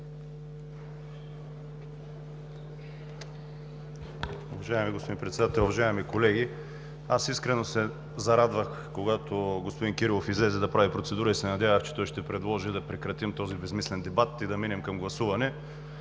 Уважаеми господин Председател, уважаеми колеги! Искрено се зарадвах, когато господин Кирилов излезе да прави процедура и се надявах, че той ще предложи да прекратим този безсмислен дебат и да минем към гласуване.